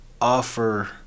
offer